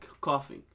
coughing